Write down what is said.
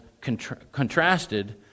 contrasted